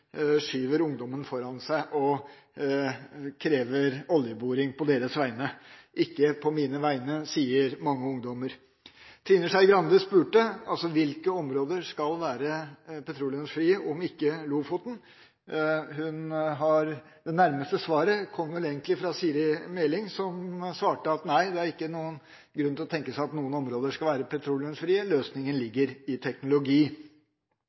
skyver ungdommen foran seg og krever oljeboring på deres vegne. Ikke på mine vegne, sier mange ungdommer. Trine Skei Grande spurte om hvilke områder som skal være petroleumsfrie, om ikke Lofoten. Det nærmeste svaret kommer vel egentlig fra Siri A. Meling, som svarte at det ikke er grunn til å tenke seg at noen områder skal være petroleumsfrie, løsningen ligger i teknologi.